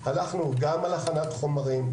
אנחנו גם על הכנת חומרים,